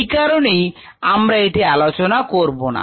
এই কারণেই আমরা এটি আলোচনা করব না